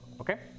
Okay